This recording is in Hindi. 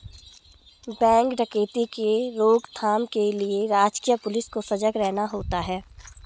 बैंक डकैती के रोक थाम के लिए राजकीय पुलिस को सजग रहना होता है